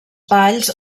balls